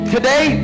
Today